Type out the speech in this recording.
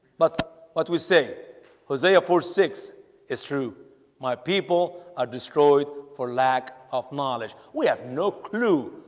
but what we say hosea four six is true my people are destroyed for lack of knowledge we have no clue.